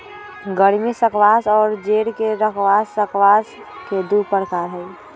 गर्मी स्क्वाश और जेड के स्क्वाश स्क्वाश के दु प्रकार हई